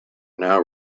now